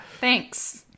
Thanks